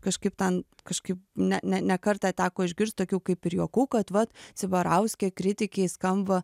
kažkaip ten kažkaip ne ne ne kartą teko išgirst tokių kaip ir juoku kad vat cibarauskė kritikei skamba